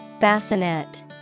bassinet